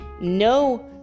no